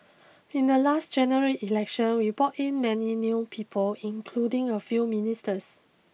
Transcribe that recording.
in the last general election we brought in many new people including a few ministers